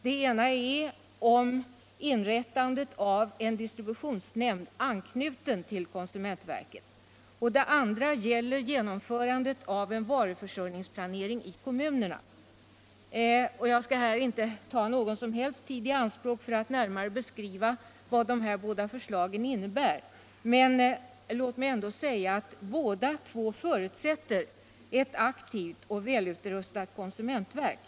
Den ena frågan gäller inrättandet av en distributionsnämnd anknuten till konsumentverket och den andra genomförandet av en varuförsörjningsplanering i kommunerna. Nu skall jag inte uppta tiden med att närmare beskriva vad dessa båda förslag innebär, men låt mig bara säga att båda — Nr 138 två förutsätter ett aktivt och välutrustat konsumentverk.